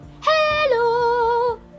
hello